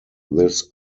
this